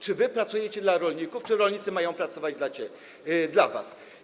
Czy wy pracujecie dla rolników, czy rolnicy mają pracować dla was?